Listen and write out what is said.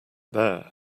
there